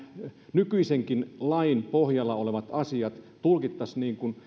nykyisenkin lain pohjalla olevat asiat tulkittaisiin